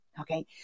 okay